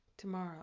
Tomorrow